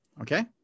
Okay